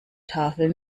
tafel